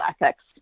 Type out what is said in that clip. ethics